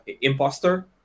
imposter